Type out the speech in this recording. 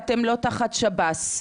ואתם לא תחת שב"ס,